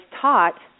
taught